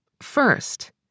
First